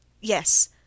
Yes